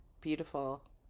beautiful